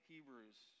Hebrews